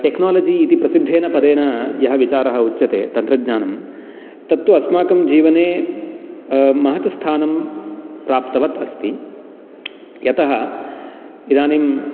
technology इति प्रसिद्धेन पदेन यः विचारः उच्यते तन्त्रज्ञानं तत्तु अस्माकं जीवने महत् स्थानं प्राप्तवत् अस्ति यतः इदानीं